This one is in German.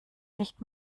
nicht